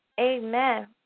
Amen